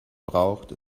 braucht